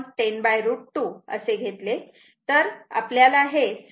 तर हे 100 10 √ 2 10 √ 2 10 0